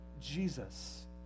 jesus